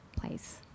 place